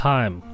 Time